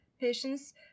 patients